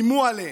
איימו עליהן,